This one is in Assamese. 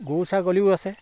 গৰু ছাগলীও আছে